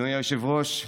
אדוני היושב-ראש,